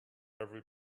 every